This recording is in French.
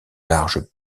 larges